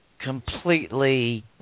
completely